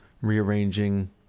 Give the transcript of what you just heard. rearranging